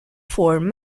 ford